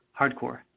hardcore